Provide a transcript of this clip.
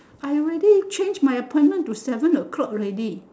I already change my appointment to seven o-clock already